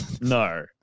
No